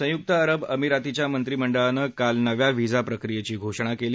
संयुक्त अरब अमिरातीच्या मंत्रिमंडळानं काल नव्या व्हिजा प्रक्रियेची घोषणा केली